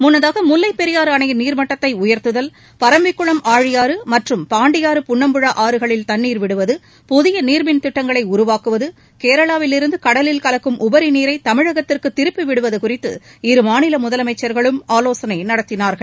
முன்னதாக முல்லைப் பெரியாறு அணையின் நீர்மட்டத்தை உயர்த்துதல் பரம்பிக்குளம் ஆழியாறு மற்றும் பாண்டியாறு புன்னம்புழா ஆறுகளில் தண்ணீர் விடுவது புதிய நீர்மின் திட்டங்களை உருவாக்குவது கேரளாவிலிருந்து கடலில் கலக்கும் உபரி நீரை தமிழகத்திற்கு திருப்பிவிடுவது குறித்து இரு மாநில முதலமைச்சர்களும் ஆலோசனை நடத்தினார்கள்